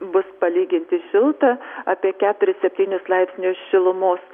bus palyginti šilta apie keturis septynis laipsnius šilumos